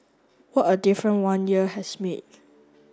what a difference one year has made